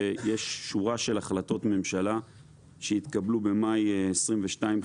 יש שורה של החלטות ממשלה שהתקבלו במאי 2022,